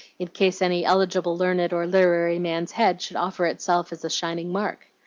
in case any eligible learned or literary man's head should offer itself as a shining mark.